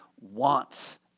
wants